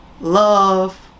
love